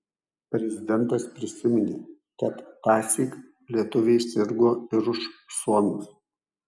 prezidentas prisiminė kad tąsyk lietuviai sirgo ir už suomius